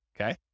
okay